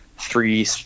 three